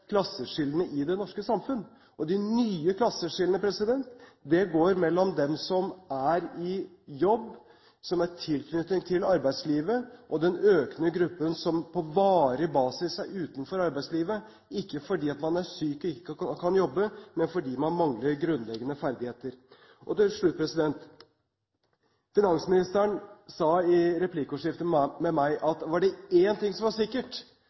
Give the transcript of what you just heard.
klasseskillene i det norske samfunn. De nye klasseskillene går mellom dem som er i jobb, som har tilknytning til arbeidslivet, og den økende gruppen som på varig basis er utenfor arbeidslivet, ikke fordi man er syk og ikke kan jobbe, men fordi man mangler grunnleggende ferdigheter. Til slutt: Finansministeren sa i replikkordskiftet med meg at var det én ting som var sikkert,